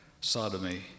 sodomy